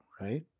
Right